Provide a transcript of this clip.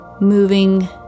moving